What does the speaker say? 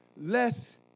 less